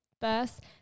first